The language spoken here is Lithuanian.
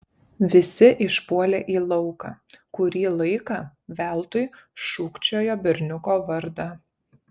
visi išpuolė į lauką kurį laiką veltui šūkčiojo berniuko vardą